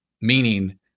meaning